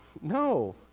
No